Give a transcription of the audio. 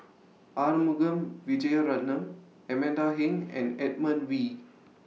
Arumugam Vijiaratnam Amanda Heng and Edmund Wee